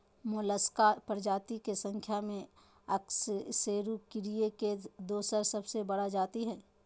Mollusca प्रजाति के संख्या में अकशेरूकीय के दोसर सबसे बड़ा जाति हइ